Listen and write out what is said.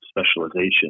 specialization